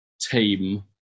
team